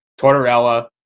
Tortorella